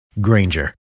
Granger